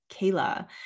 Kayla